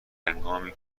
هنگامی